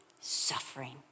suffering